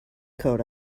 coat